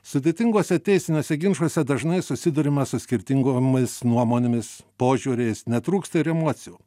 sudėtinguose teisiniuose ginčuose dažnai susiduriama su skirtingomis nuomonėmis požiūriais netrūksta ir emocijų